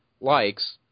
likes